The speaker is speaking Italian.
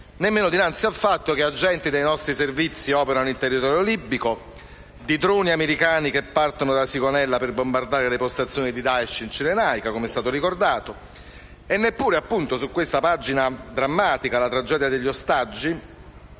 nemmeno dinanzi al fatto che agenti dei nostri servizi operano in territorio libico e che droni americani partono dalla base di Sigonella per bombardare le postazioni del Daesh in Cirenaica, come è stato ricordato; neppure nel caso della pagina drammatica costituita dalla tragedia degli ostaggi: